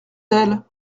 elle